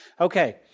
Okay